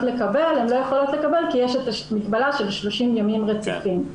לקבל הן לא יכולות לקבל כי יש את המגבלה של 30 ימים רציפים.